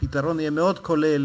והפתרון יהיה מאוד כולל,